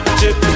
chip